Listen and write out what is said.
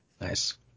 nice